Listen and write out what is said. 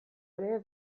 ere